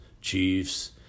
Chiefs